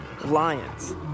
lions